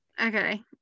okay